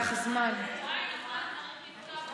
תכף יפתחו.